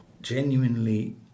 genuinely